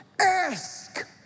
ask